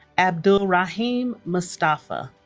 abdulrahim mustafa